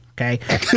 Okay